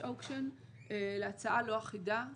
להצעה לא אחידה,